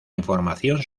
información